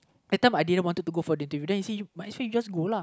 that time I didn't wanted to go for duty then you see might as you just go lah